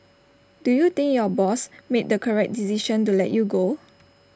do you think your boss made the correct decision to let you go